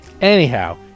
anyhow